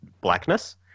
blackness